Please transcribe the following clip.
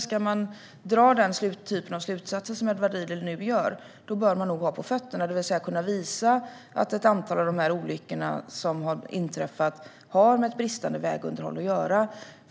Ska man dra den typen av slutsatser som Edward Riedl nu gör bör man ha på fötterna, det vill säga kunna visa att ett antal av de inträffade olyckorna har med bristande vägunderhåll att göra.